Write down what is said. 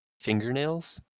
fingernails